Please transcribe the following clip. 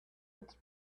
its